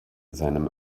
seinem